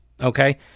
okay